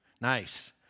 Nice